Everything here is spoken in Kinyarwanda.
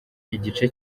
igice